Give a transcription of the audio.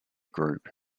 group